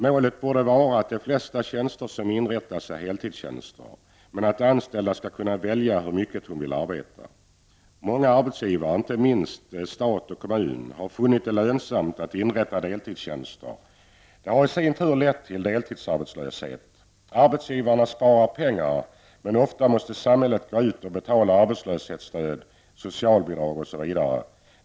Målet borde vara att de flesta tjänster som inrättas bör vara heltidstjänster, men att de anställda skall kunna välja hur mycket de vill arbeta. Många arbetsgivare, inte minst stat och kommun, har funnit det lönsamt att inrätta deltidstjänster, vilket i sin tur lett till deltidsarbetslöshet. Arbetsgivarna spar pengar, men ofta måste samhället gå in och betala arbetslöshetsunderstöd, socialbidrag osv.